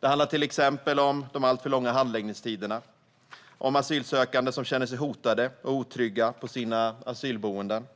Det handlar till exempel om de alltför långa handläggningstiderna, om asylsökande som känner sig hotade och otrygga på sina asylboenden,